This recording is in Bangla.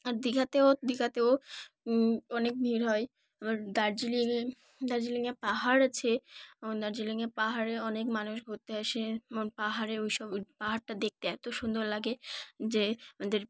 আর দীঘাতেও দীঘাতেও অনেক ভিড় হয় এবার দার্জিলিংয়ে দার্জিলিংয়ে পাহাড় আছে দার্জিলিংয়ের পাহাড়ে অনেক মানুষ ঘুরতে আসে পাহাড়ে ওই সব পাহাড়টা দেখতে এত সুন্দর লাগে যে আমাদের